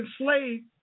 enslaved